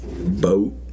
boat